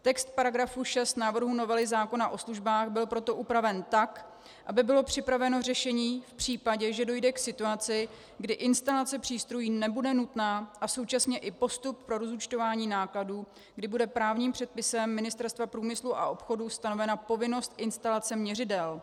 Text § 6 návrhu novely zákona o službách byl proto upraven tak, aby bylo připraveno řešení v případě, že dojde k situaci, kdy instalace přístrojů nebude nutná, a současně i postup pro rozúčtování nákladů, kdy bude právním předpisem Ministerstva průmyslu a obchodu stanovena povinnost instalace měřidel.